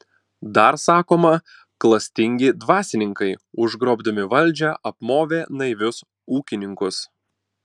dar sakoma klastingi dvasininkai užgrobdami valdžią apmovė naivius ūkininkus